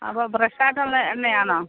അപ്പോൾ ഫ്രഷായിട്ടുള്ള എണ്ണയാണൊ